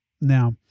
Now